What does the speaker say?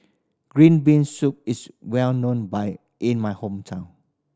green bean soup is well known by in my hometown